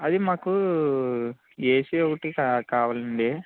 అది మాకూ ఏసి ఒక్కటి కా కావాలి అండి